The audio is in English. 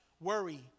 worry